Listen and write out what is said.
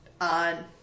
on